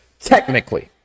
Technically